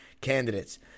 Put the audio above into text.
candidates